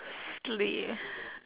sleep